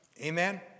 Amen